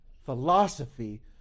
philosophy